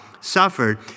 suffered